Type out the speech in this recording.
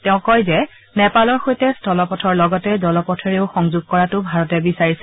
তেওঁ কয় যে নেপালৰ সৈতে স্থলপথৰ লগতে জলপথৰেও সংযোগ কৰাটো ভাৰতে বিচাৰিছে